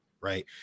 right